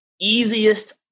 easiest